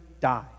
die